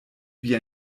wie